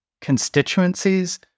constituencies